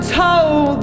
told